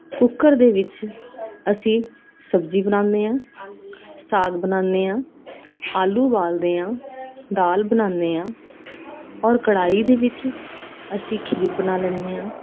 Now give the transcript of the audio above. cooker ਦੇ ਵਿੱਚ ਅਸੀਂ ਸਬਜ਼ੀ ਬਣਾਉਂਦੇ ਹਾਂ ਸਾਗ ਬਣਾਉਂਦੇ ਹਾਂ ਆਲੂ ਉਬਾਲਦੇ ਹਾਂ ਦਾਲ ਬਣਾਉਂਦੇ ਹਾਂ ਔਰ ਕੜਾਹੀ ਦੇ ਵਿੱਚ ਅਸੀਂ ਖੀਰ ਬਣਾ ਲੈਂਦੇ ਹਾਂ